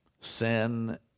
sin